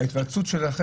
ההיוועצות שלכם,